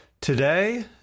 today